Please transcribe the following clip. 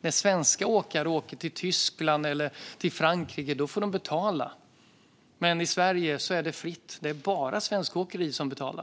När svenska åkare åker till Tyskland eller till Frankrike får de betala. Men i Sverige är det fritt. Det är bara svenska åkerier